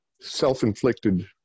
self-inflicted